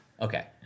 Okay